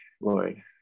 Lord